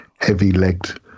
heavy-legged